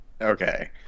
okay